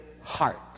heart